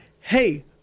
hey